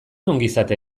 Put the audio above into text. ongizate